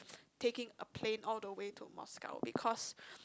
taking a plane all the way to Moscow because